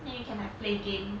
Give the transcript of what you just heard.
then you can like play game